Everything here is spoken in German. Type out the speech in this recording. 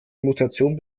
mutation